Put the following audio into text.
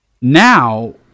Now